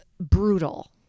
brutal